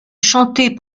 chantés